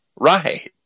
Right